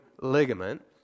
ligament